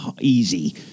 easy